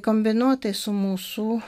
kombinuotai su mūsų